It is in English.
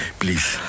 please